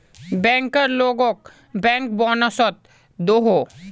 banker लोगोक bank bonus दोहों